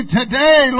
today